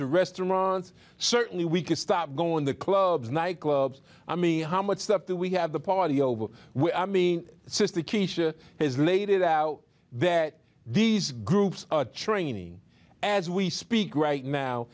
to restaurants certainly we could stop going to clubs nightclubs i mean how much stuff we have the party over i mean since the teacher has laid it out that these groups are training as we speak right now